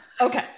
okay